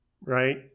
right